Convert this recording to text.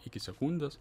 iki sekundės